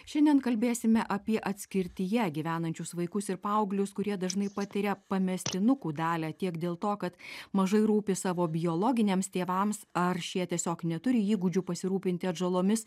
šiandien kalbėsime apie atskirtyje gyvenančius vaikus ir paauglius kurie dažnai patiria pamestinukų dalią tiek dėl to kad mažai rūpi savo biologiniams tėvams ar šie tiesiog neturi įgūdžių pasirūpinti atžalomis